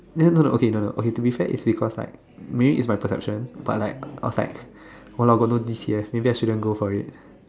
then no no okay no no okay to be fair it's because like maybe it's my perception but like I was like !walao! got no dish here maybe I shouldn't go for it